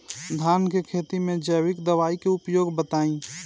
धान के खेती में जैविक दवाई के उपयोग बताइए?